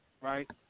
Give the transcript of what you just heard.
right